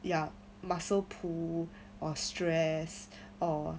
ya muscle pull or stress or